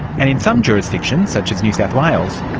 and in some jurisdictions, such as new south wales,